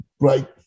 right